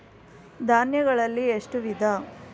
ಧಾನ್ಯಗಳಲ್ಲಿ ಎಷ್ಟು ವಿಧ?